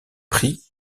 prit